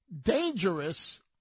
dangerous